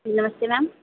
नमस्ते मैम